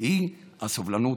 הוא הסובלנות,